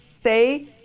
say